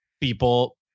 people